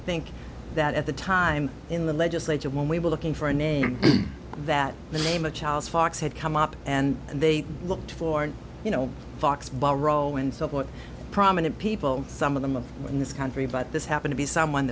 think that at the time in the legislature when we were looking for a name that the name achiles fox had come up and they looked for you know fox borrowings of what prominent people some of them in this country but this happen to be someone